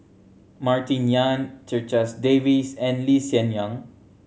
Martin Yan Checha Davies and Lee Hsien Yang